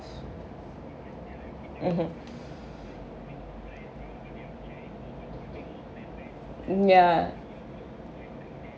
mmhmm ya